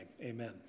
amen